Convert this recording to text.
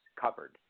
covered